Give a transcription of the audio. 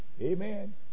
Amen